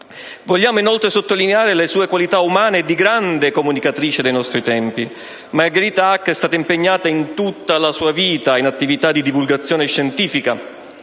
Vogliamo inoltre sottolineare le sue qualità umane e di grande comunicatrice dei nostri tempi. Margherita Hack è stata impegnata in tutta la sua vita in attività di divulgazione scientifica